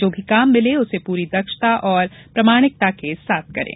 जो भी काम मिले उसे पूरी दक्षता और प्रामाणिकता से करें